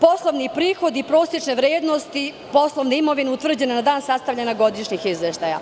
poslovni prihod i prosečne vrednosti poslovne imovine utvrđene na dan sastavljanja godišnjih izveštaja.